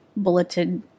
bulleted